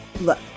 Look